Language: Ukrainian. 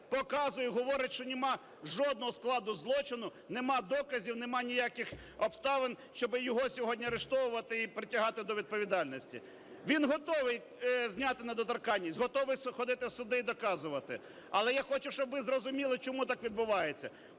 показує і говорить, що немає жодного складу злочину, немає доказів, немає ніяких обставин, щоб його сьогодні арештовувати і притягати до відповідальності. Він готовий зняти недоторканність, готовий ходити в суди і доказувати. Але я хочу, щоб ви зрозуміли, чому так відбувається.